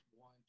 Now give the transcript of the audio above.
one